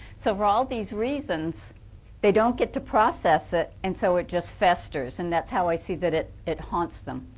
so all these reasons they don't get to process it and so it just festers. and that's how i see that it it haunts them.